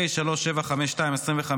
פ/3752/25,